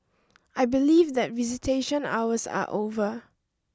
I believe that visitation hours are over